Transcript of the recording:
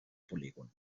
polígon